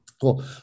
Cool